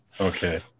okay